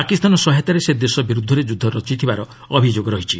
ପାକିସ୍ତାନ ସହାୟତାରେ ସେ ଦେଶ ବିରୁଦ୍ଧରେ ଯୁଦ୍ଧ ରଚିଥିବାର ଅଭିଯୋଗ ରହିଛି